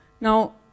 Now